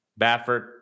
baffert